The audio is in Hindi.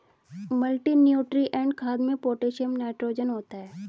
मल्टीनुट्रिएंट खाद में पोटैशियम नाइट्रोजन होता है